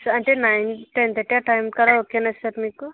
అంటే nine ten thirty ఆ టైంకు అలా ఓకేనా సార్ మీకు